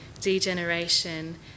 degeneration